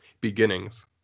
beginnings